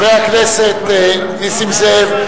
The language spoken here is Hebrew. חבר הכנסת נסים זאב,